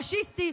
אינו פשיסטי,